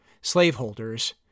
slaveholders